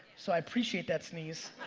so i appreciate that sneeze.